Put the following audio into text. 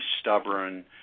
stubborn